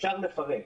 אפשר לפרק.